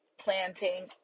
planting